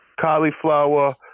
cauliflower